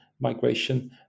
migration